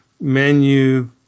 menu